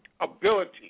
ability